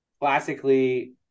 classically